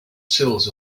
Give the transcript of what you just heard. sills